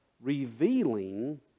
revealing